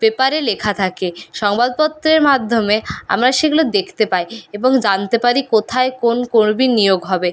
পেপারে লেখা থাকে সংবাদপত্রের মাধ্যমে আমরা সেগুলো দেখতে পাই এবং জানতে পারি কোথায় কোন কর্মী নিয়োগ হবে